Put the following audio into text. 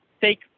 take